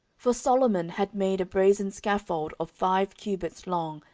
for solomon had made a brasen scaffold of five cubits long,